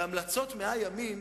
הרי המלצות 100 הימים,